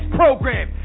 program